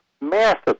massive